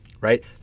right